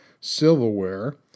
silverware